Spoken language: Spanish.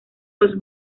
los